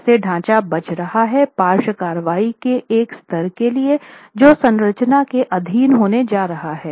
कैसे ढाँचा बच रहा है पार्श्व कार्रवाई के एक स्तर के लिए जो संरचना के अधीन होने जा रहा है